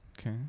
Okay